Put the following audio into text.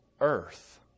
earth